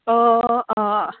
ꯑꯣ